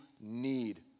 need